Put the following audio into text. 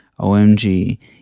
OMG